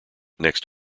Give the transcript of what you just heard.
next